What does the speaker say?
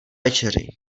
večeři